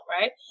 Right